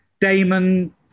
Damon